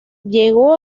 llegó